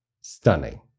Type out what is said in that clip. stunning